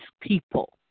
people